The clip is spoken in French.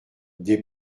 des